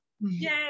Yay